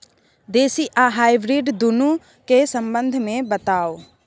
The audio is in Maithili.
देसी आ हाइब्रिड दुनू के संबंध मे बताऊ?